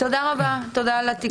תודה על התיקון.